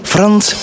Frans